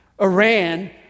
Iran